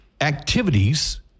activities